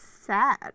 sad